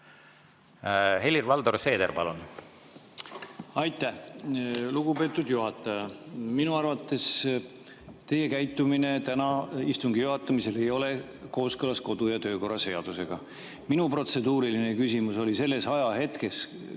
Helir-Valdor Seeder, palun!